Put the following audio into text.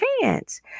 chance